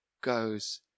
goes